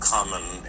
Common